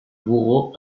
bourreau